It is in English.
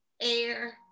air